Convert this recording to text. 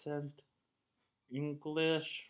English